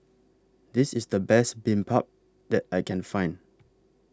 This IS The Best Bibimbap that I Can Find